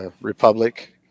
republic